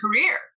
career